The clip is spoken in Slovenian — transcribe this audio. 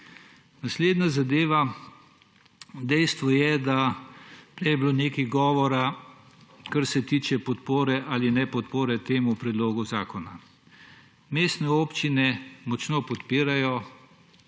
Naslednja zadeva, prej je bilo nekaj govora, kar se tiče podpore ali nepodpore temu predlogu zakona. Mestne občine močno podpirajo.